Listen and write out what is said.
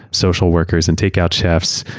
social workers, and takeout chefs,